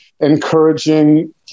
encouraging